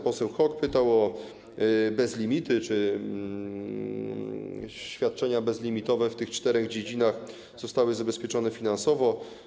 Poseł Hok pytał o bezlimity, o to, czy świadczenia bezlimitowe w tych czterech dziedzinach zostały zabezpieczone finansowo.